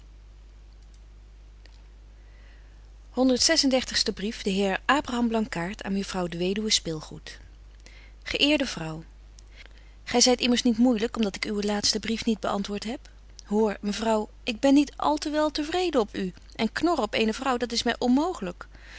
de heer abraham blankaart aan mejuffrouw de weduwe spilgoed ge eerde vrouw gy zyt immers niet moeilyk om dat ik uwen laatsten brief niet beäntwoort heb hoor mevrouw ik ben niet al te wel te vreden op u en knorren op eene vrouw dat is my onmooglyk